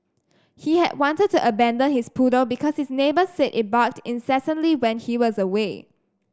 he had wanted to abandon his poodle because his neighbours said it barked incessantly when he was away